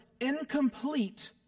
incomplete